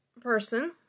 person